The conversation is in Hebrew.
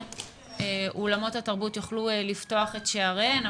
אולמות התרבות יוכלו לפתוח את שעריהם,